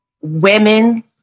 women